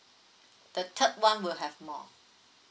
the third one will have more